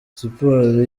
siporo